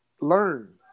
Learn